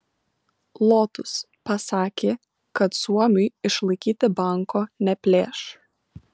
lotus pasakė kad suomiui išlaikyti banko neplėš